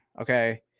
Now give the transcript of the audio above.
okay